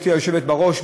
גברתי היושבת בראש,